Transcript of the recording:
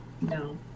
No